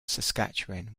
saskatchewan